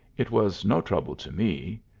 it was no trouble to me.